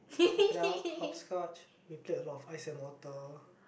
crocodile hopscotch we play a lot of ice and water